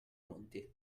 monti